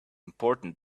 important